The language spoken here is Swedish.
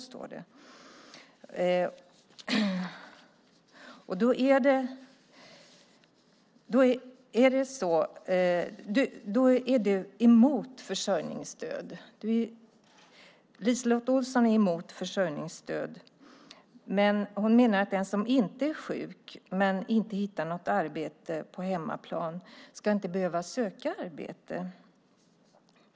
Så står det. LiseLotte Olsson är emot försörjningsstöd. Hon menar att den som inte är sjuk men inte hittar något arbete på hemmaplan inte ska behöva söka arbete.